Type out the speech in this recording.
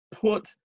put